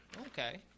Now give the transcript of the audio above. Okay